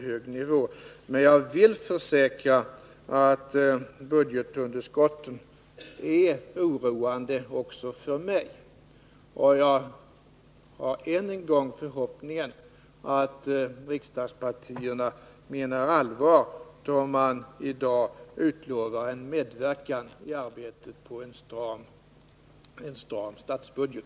Jag vill emellertid försäkra att budgetunderskotten är oroande också för mig, och jag vill än en gång uttrycka förhoppningen att riksdagspartierna menar allvar då de i dag utlovar en medverkan i arbetet på en stram statsbudget.